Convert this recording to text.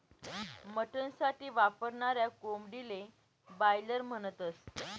mutton साठी वापरनाऱ्या कोंबडीले बायलर म्हणतस